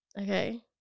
Okay